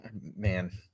man